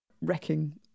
wrecking